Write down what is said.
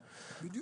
נכון, בדיוק.